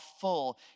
full